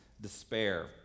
despair